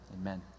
Amen